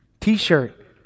T-shirt